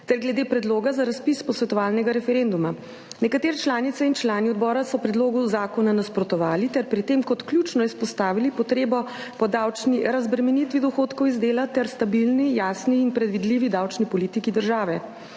ter glede predloga za razpis posvetovalnega referenduma. Nekatere članice in člani odbora so predlogu zakona nasprotovali ter pri tem kot ključno izpostavili potrebo po davčni razbremenitvi dohodkov iz dela ter stabilni, jasni in predvidljivi davčni politiki države.